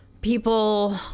people